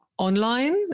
online